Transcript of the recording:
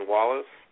Wallace